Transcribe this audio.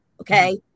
okay